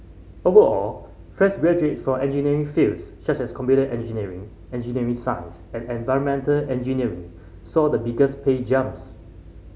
overall fresh graduates for engineering fields such as computer engineering engineering science and environmental engineering saw the biggest pay jumps